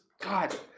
God